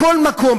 בכל מקום,